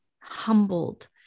humbled